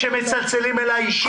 הם מצלצלים אלי אישית.